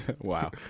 Wow